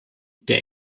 der